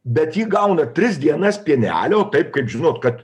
bet ji gauna tris dienas pienelio taip kaip žinot kad